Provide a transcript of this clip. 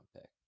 pick